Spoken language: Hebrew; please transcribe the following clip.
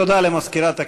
תודה למזכירת הכנסת.